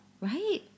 Right